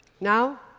Now